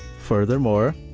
furthermore,